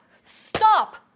stop